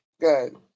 good